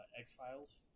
X-Files